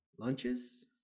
lunches